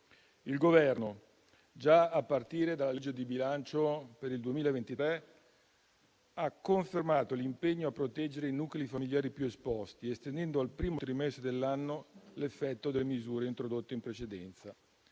Il Governo, già a partire dalla legge di bilancio per il 2023, ha confermato l'impegno a proteggere i nuclei familiari più esposti, estendendo al primo trimestre dell'anno l'effetto delle misure introdotte in precedenza.